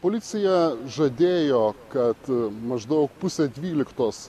policija žadėjo kad maždaug pusę dvyliktos